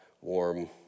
warm